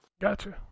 Gotcha